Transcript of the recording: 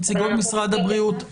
נציגות משרד הבריאות,